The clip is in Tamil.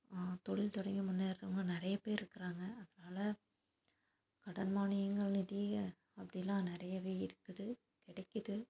தொழில் தொடங்கி முன்னேறுறவுங்க நிறைய பேர் இருக்கறாங்க அதனால் கடன் மானியங்கள் நிதி அப்படிலாம் நிறையவே இருக்குது கிடைக்கிது